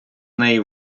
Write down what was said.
неї